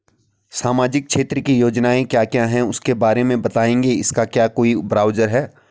सामाजिक क्षेत्र की योजनाएँ क्या क्या हैं उसके बारे में बताएँगे इसका क्या कोई ब्राउज़र है?